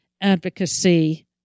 advocacy